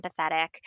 empathetic